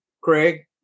Craig